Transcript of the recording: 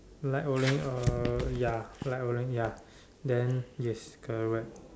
like orange uh ya like orange ya then yes correct